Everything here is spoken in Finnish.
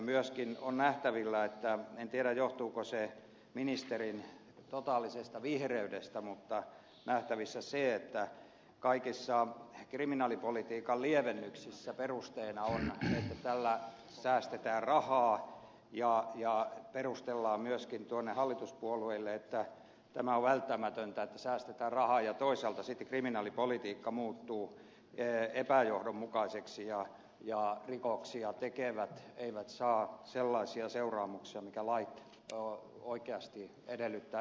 myöskin on nähtävillä se en tiedä johtuuko ministerin totaalisesta vihreydestä että kaikissa kriminaalipolitiikan lievennyksissä perusteena on että tällä säästetään rahaa ja perustellaan myöskin muille hallituspuolueille että tämä on välttämätöntä että säästetään rahaa ja toisaalta sitten kriminaalipolitiikka muuttuu epäjohdonmukaiseksi ja rikoksia tekevät eivät saa sellaisia seuraamuksia mitä yhteiskunnan lakien noudattaminen oikeasti edellyttää